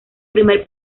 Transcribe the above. primer